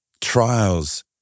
trials